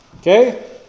Okay